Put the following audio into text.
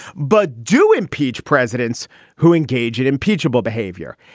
but do impeach presidents who engage in impeachable behavior.